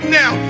now